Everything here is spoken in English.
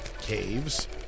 caves